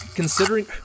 Considering